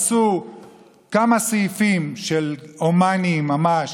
עשו כמה סעיפים של מקרים הומניים ממש,